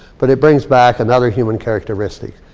but it brings back another human characteristic.